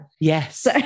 Yes